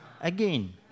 again